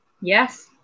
Yes